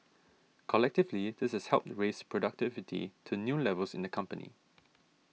collectively this has helped raise productivity to new levels in the company